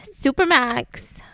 supermax